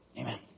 amen